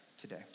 today